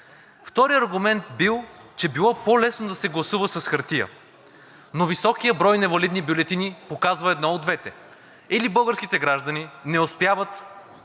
Вторият документ бил, че било по-лесно да се гласува с хартия, но високият брой невалидни бюлетини показва едно от двете – или българските граждани не успяват